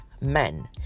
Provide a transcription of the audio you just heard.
men